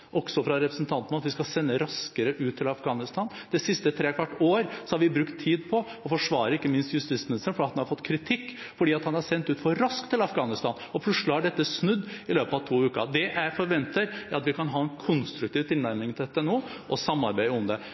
også fra representanten – om at vi skal sende raskere ut til Afghanistan. Det siste trekvart året har vi brukt tid på å forsvare ikke minst justisministeren fordi han har fått kritikk for å ha sendt ut for raskt til Afghanistan, og plutselig har dette snudd i løpet av to uker. Jeg forventer at vi kan ha en konstruktiv tilnærming til dette nå og samarbeide om det.